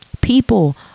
people